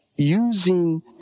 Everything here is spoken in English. using